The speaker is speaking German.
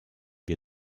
wir